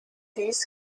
dies